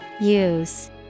Use